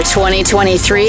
2023